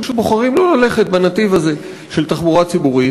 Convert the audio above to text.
בוחרים לא ללכת בנתיב הזה של תחבורה ציבורית,